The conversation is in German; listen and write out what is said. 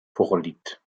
vorliegt